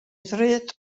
ddrud